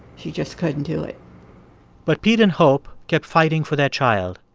she just couldn't do it but pete and hope kept fighting for their child.